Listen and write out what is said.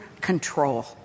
control